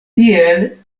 tiel